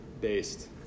based